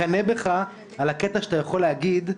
אני מקנא בך על הקטע שאתה יכול להגיד: